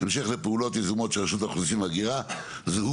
"בהמשך לפעולות יזומות של רשות האוכלוסין וההגירה זוהו